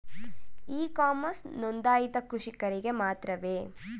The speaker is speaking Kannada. ಇ ಕಾಮರ್ಸ್ ನೊಂದಾಯಿತ ಕೃಷಿಕರಿಗೆ ಮಾತ್ರವೇ?